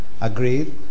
agreed